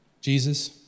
Jesus